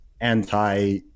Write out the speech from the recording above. anti